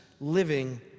living